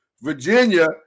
Virginia